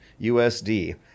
USD